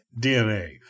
DNA